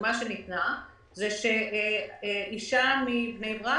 הדוגמה שניתנה נוגעת לאישה מבני ברק,